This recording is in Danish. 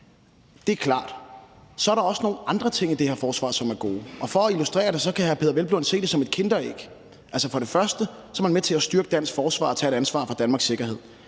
Det er klart. Så er der også nogle andre ting i det her forslag, som er gode, og for at illustrere det vil jeg sige, at hr. Peder Hvelplund kan se det som et kinderæg. Altså, for det første er man med til at styrke dansk forsvar og tage et ansvar for Danmarks sikkerhed.